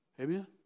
Amen